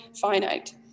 finite